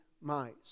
Mice